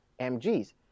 MGs